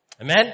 Amen